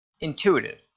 intuitive